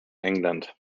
england